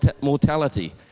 mortality